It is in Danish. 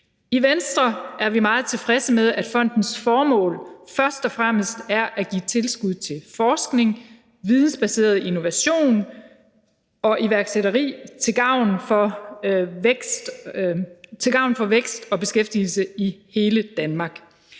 I Venstre er vi meget tilfredse med, at fondens formål først og fremmest er at give tilskud til forskning, vidensbaseret innovation og iværksætteri til gavn for vækst og beskæftigelse i hele Danmark.